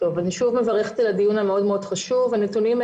שכוללים גם את הקולות הללו בתוך השיקולים של הצוות הבין-משרדי,